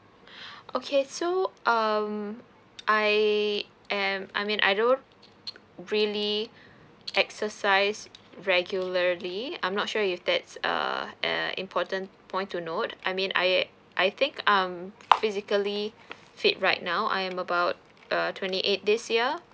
okay so um I am I mean I don't really exercise regularly I'm not sure if that's a a important point to note I mean I I think um physically fit right now I am about uh twenty eight this year